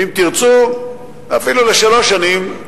ואם תרצו, אפילו לשלוש שנים,